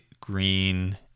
green